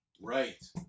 Right